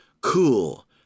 cool